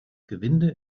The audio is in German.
gewinde